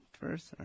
first